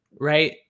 right